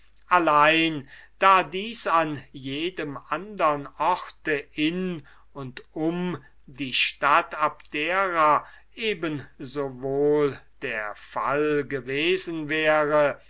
allein da dies an jedem andern orte in und um die stadt abdera eben so wohl der fall gewesen wäre